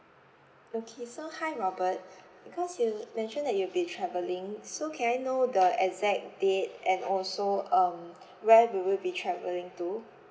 okay so hi robert because you mentioned that you'll be travelling so can I know the exact date and also um where will you be travelling to